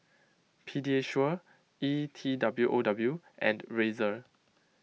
Pediasure E T W O W and Razer